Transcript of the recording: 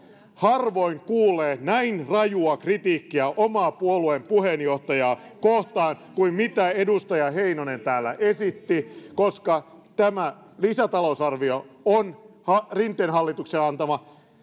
harvoin kuulee näin rajua kritiikkiä oman puolueen puheenjohtajaa kohtaan kuin mitä edustaja heinonen täällä esitti tämä lisätalousarvio on rinteen hallituksen antama